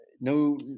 no